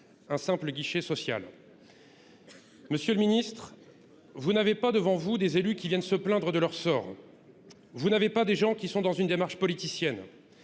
de simples guichets sociaux. Monsieur le ministre, vous n’avez pas devant vous des élus qui viennent se plaindre de leur sort. Vous n’avez pas des gens qui sont dans une démarche politicienne,